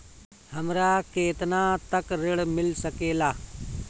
हमरा केतना तक ऋण मिल सके ला?